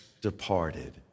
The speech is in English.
departed